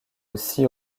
aussi